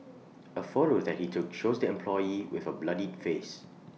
A photo that he took shows the employee with A bloodied face